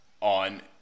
on